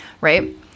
right